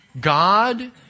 God